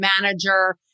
manager